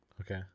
okay